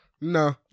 no